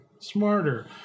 smarter